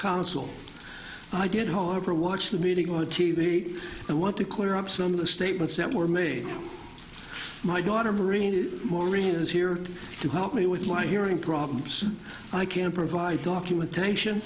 council i did harper watch the meeting on t v and want to clear up some of the statements that were made my daughter marina maureen is here to help me with my hearing problems i can provide documentation